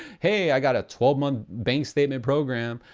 hey, i got a twelve month bank statement program,